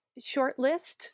shortlist